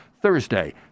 Thursday